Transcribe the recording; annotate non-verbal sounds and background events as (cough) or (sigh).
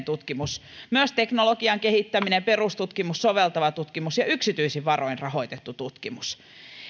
(unintelligible) tutkimus myös teknologian kehittäminen perustutkimus soveltava tutkimus ja yksityisin varoin rahoitettu tutkimus